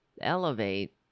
elevate